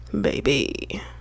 baby